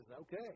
okay